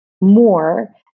more